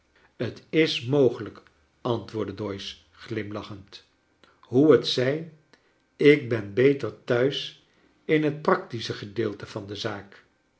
t is mogelijk antwoordde doyce glimlachend hoe t zij ik ben beter thuis in het practische gedeelte van de zaak